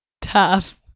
Tough